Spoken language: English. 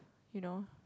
you know